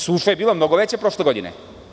Suša je bila mnogo veća prošle godine.